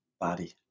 body